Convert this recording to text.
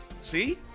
See